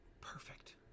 perfect